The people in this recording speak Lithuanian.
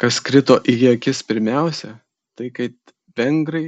kas krito į akis pirmiausia tai kad vengrai